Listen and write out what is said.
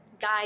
Guide